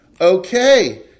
Okay